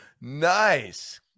nice